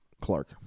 Clark